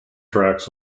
tracks